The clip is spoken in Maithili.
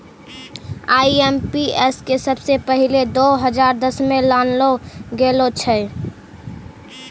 आई.एम.पी.एस के सबसे पहिलै दो हजार दसमे लानलो गेलो छेलै